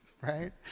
right